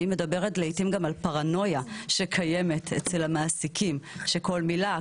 ואני מדברת לעיתים גם על פרנויה שקיימת אצל המעסיקים שכל מילה,